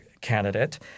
candidate